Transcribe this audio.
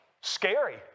scary